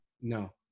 No